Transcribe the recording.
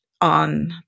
on